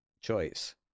choice